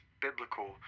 biblical